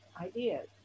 ideas